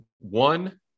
One